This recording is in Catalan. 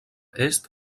est